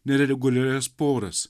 nereguliarias poras